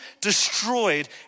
destroyed